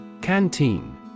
Canteen